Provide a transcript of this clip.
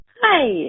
Hi